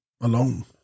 alone